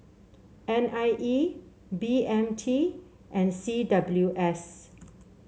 N I E B M T and C W S